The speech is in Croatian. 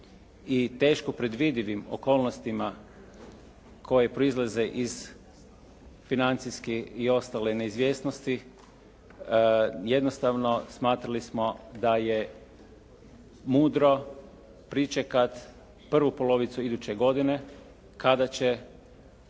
i teško predvidivim okolnostima koje proizlaze iz financijski i ostale neizvjesnosti jednostavno smatrali smo da je mudro pričekati prvu polovicu iduće godine kada će